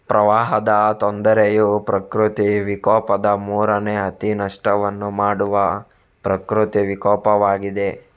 ಪ್ರವಾಹದ ತೊಂದರೆಯು ಪ್ರಕೃತಿ ವಿಕೋಪದ ಮೂರನೇ ಅತಿ ನಷ್ಟವನ್ನು ಮಾಡುವ ಪ್ರಕೃತಿ ವಿಕೋಪವಾಗಿದೆ